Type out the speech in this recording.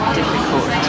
difficult